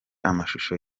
amashusho